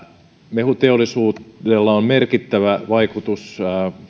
mehuteollisuudella on merkittävä vaikutus